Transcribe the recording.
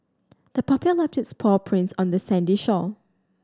the puppy left its paw prints on the sandy shore